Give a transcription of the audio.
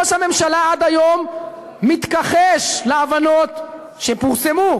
ראש הממשלה עד היום מתכחש להבנות שפורסמו,